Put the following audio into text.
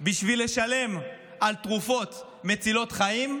בשביל לשלם על תרופות מצילות חיים,